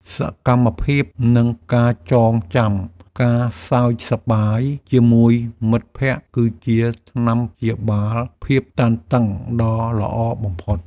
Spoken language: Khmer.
សកម្មភាព និងការចងចាំការសើចសប្បាយជាមួយមិត្តភក្តិគឺជាថ្នាំព្យាបាលភាពតានតឹងដ៏ល្អបំផុត។